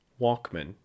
Walkman